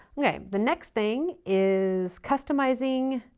okay. the next thing is customizing.